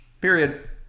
Period